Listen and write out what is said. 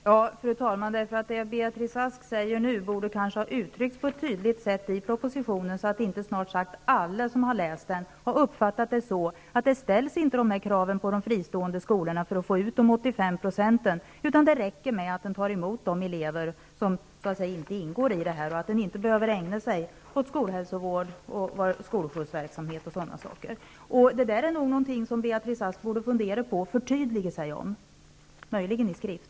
Fru talman! Jag gör det därför att vad statsrådet Beatrice Ask nu säger borde ha uttryckts på ett tydligt sätt i propositionen, så att inte snart sagt alla som har läst den hade uppfattat det så att sådana krav inte ställs på fristående skolor för att få ut dessa 85 %. Det skulle räcka med att de tar emot de elever som så att säga inte ingår i det här, och de behöver inte ägna sig åt skolhälsovård, skolskjutsverksamhet och sådana saker. Det är någonting som Beatrice Ask borde fundera på och förtydliga sig om, möjligen i skrift.